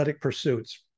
pursuits